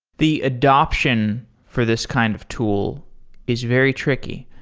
the adoption for this kind of tool is very tricky.